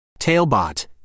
Tailbot